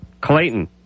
Clayton